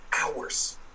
hours